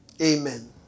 Amen